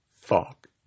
fuck